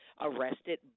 arrested